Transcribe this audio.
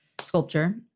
sculpture